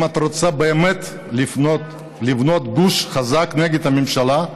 אם את רוצה באמת לבנות גוש חזק נגד הממשלה,